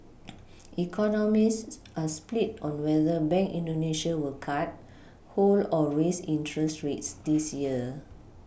economists are split on whether bank indonesia will cut hold or raise interest rates this year